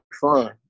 fun